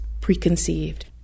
preconceived